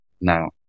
Now